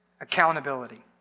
accountability